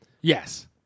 Yes